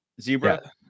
zebra